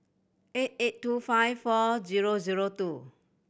eight eight two five four zero zero two